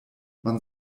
man